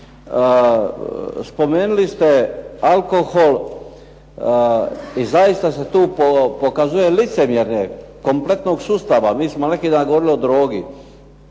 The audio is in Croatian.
Spomenuli ste alkohol i zaista se tu pokazuje licemjerje cjelokupnog sustava. Mi smo neki dan govorili o drogi.